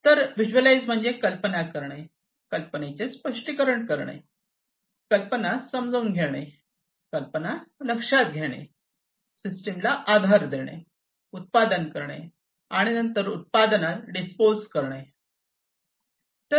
तर व्हिज्युअलायझ म्हणजे कल्पना करणे कल्पनेचे स्पष्टीकरण करणे कल्पना समजून घेणे कल्पना लक्षात घेणे सिस्टमला आधार देणेउत्पादन तयार करणे आणि नंतर उत्पादनात डिस्पोज करणे